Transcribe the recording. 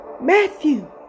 Matthew